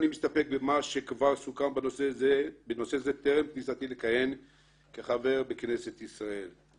,אני מסתפק במה שכבר סוכם בנושא זה טרם כניסתי לכהן כחבר בכנסת ישראל.